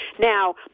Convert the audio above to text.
Now